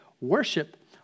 worship